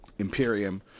Imperium